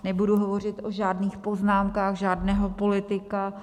Nebudu hovořit o žádných poznámkách žádného politika.